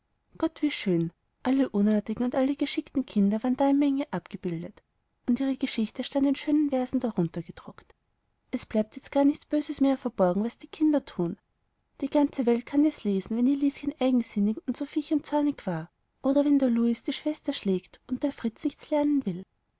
gott wie schön alle unartigen und alle geschickten kinder waren da in menge abgebildet und ihre geschichte stand in schönen versen daruntergedruckt es bleibt jetzt gar nichts böses mehr verborgen was die kinder tun die ganze welt kann es lesen wenn elischen eigensinnig und sophiechen zornig war oder wenn der louis die schwester schlägt und der fritz nichts lernen will